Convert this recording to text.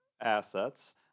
assets